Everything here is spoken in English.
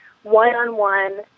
one-on-one